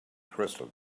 crystal